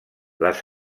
les